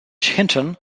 hinton